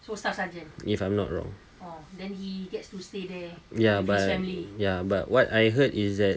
if I'm not wrong ya but what I heard is that